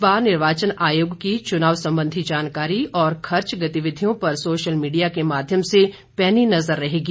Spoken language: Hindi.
इस बार निर्वाचन आयोग की चुनाव संबंधी जानकारी और खर्च गतिविधियों पर सोशल मीडिया के माध्यम से पेनी नज़र रहेगी